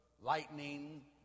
lightning